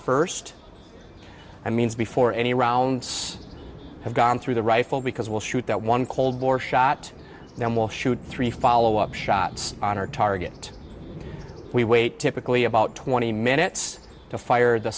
first i mean before any rounds have gone through the rifle because we'll shoot that one cold war shot and then we'll shoot three follow up shots on our target and we wait typically about twenty minutes to fire the